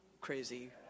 crazy